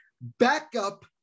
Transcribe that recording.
Backup